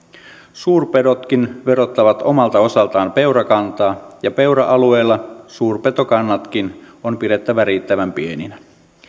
suurpedotkin verottavat omalta osaltaan peurakantaa ja peura alueella suurpetokannatkin on pidettävä riittävän pieninä